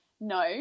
no